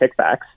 kickbacks